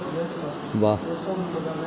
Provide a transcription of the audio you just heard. वाह्